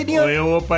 yo yo. ah but